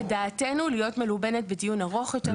לדעתנו להיות מלובנת בדיון ארוך יותר,